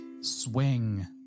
swing